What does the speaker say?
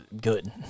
good